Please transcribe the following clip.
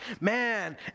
Man